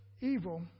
evil